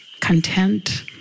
content